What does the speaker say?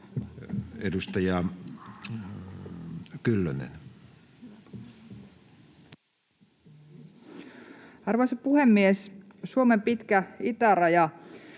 Edustaja Kyllönen. Arvoisa puhemies! Suomen pitkä itäraja